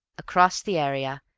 across the area,